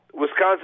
Wisconsin